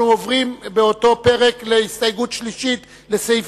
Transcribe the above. של קבוצת סיעת